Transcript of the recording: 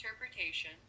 interpretation